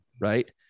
right